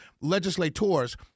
legislators